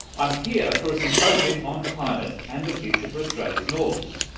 i'm here for a symposium on climate and the future for australia's north.